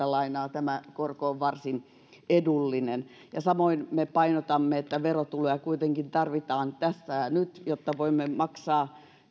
lainaa tämä korko on varsin edullinen samoin me painotamme että verotuloja kuitenkin tarvitaan tässä ja nyt jotta voimme maksaa